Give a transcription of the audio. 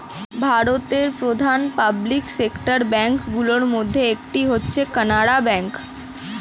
ভারতের প্রধান public sector bank গুলির মধ্যে একটি হচ্ছে কানারা ব্যাঙ্ক